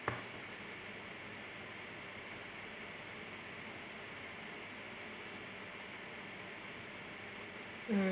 hmm